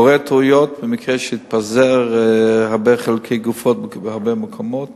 קורות טעויות במקרה שהתפזרו הרבה חלקי גופות בהרבה מקומות.